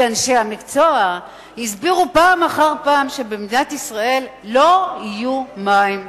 כי אנשי המקצוע הסבירו פעם אחר פעם שבמדינת ישראל לא יהיו מים.